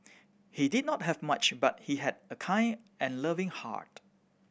he did not have much but he had a kind and loving heart